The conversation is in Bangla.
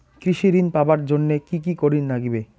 কৃষি ঋণ পাবার জন্যে কি কি করির নাগিবে?